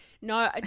No